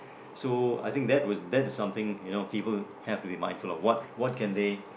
so I think that was that is something you know people have to be mindful of what what can they